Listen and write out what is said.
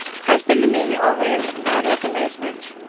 has been to me always matter of amazement.